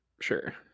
Sure